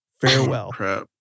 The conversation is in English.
Farewell